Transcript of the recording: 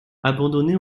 abandonné